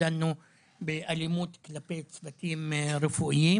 דנו באלימות כלפי צוותי רפואה.